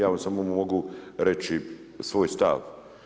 Ja vam samo mogu reći svoj stav.